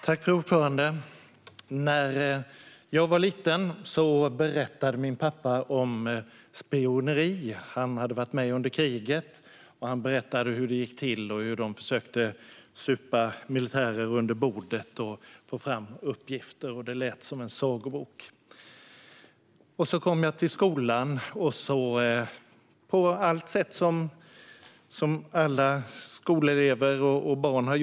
Fru talman! När jag var liten berättade min pappa om spioneri. Han hade varit med under kriget och berättade hur det gick till när de försökte supa militärer under bordet för att få fram uppgifter. Det lät som en sagobok. Och så kom jag till skolan, där man gnabbades så som skolelever och barn gör.